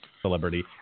celebrity